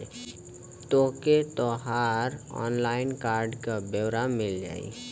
तोके तोहर online card क ब्योरा मिल जाई